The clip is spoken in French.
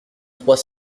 trois